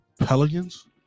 Pelicans